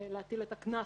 הקנס.